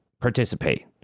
participate